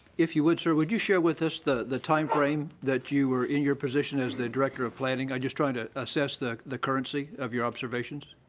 if you would, sir, would you share with us the the time frame that you were in your position as the director of planning. i'm just trying to assess the the currency of your observations.